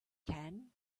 can